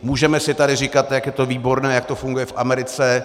Můžeme si tady říkat, jak je to výborné a jak to funguje v Americe.